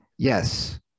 Yes